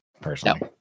personally